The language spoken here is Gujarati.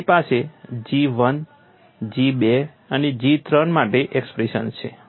તમારી પાસે G I G II અને G III માટે એક્સપ્રેશન્સ છે